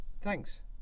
thanks